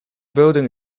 building